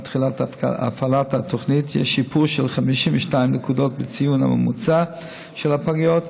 מתחילת הפעלת התוכנית יש שיפור של 52 נקודות בציון הממוצע של הפגיות,